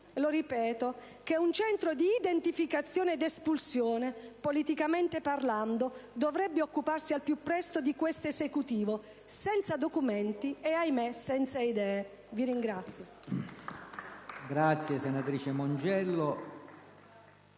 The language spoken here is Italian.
dimostri che un Centro di identificazione ed espulsione, politicamente parlando, dovrebbe occuparsi al più presto di questo Esecutivo, senza documenti e, ahimè, senza idee. *(Applausi